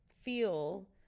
feel